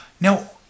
Now